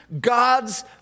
God's